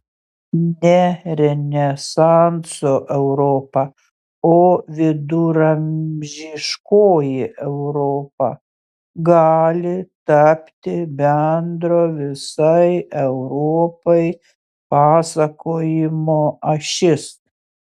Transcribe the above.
ne renesanso europa o viduramžiškoji europa gali tapti bendro visai europai pasakojimo ašis